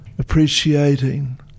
appreciating